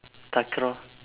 takraw